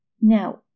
Now